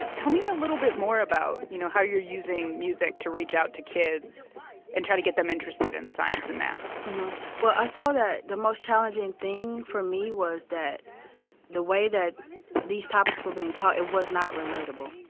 tell me a little bit more about, you know, how you're using music to reach out to kids and try to get them interested in science and math well, i saw that the most challenging thing for me was that the way that these topics were being taught, it was not relatable